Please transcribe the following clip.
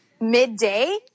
midday